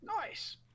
Nice